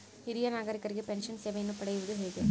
ಹಿರಿಯ ನಾಗರಿಕರಿಗೆ ಪೆನ್ಷನ್ ಸೇವೆಯನ್ನು ಪಡೆಯುವುದು ಹೇಗೆ?